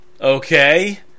Okay